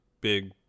big